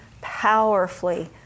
powerfully